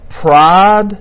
pride